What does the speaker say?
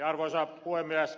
arvoisa puhemies